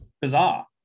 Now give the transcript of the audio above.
Bizarre